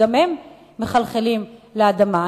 וגם הם מחלחלים לאדמה.